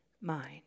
mind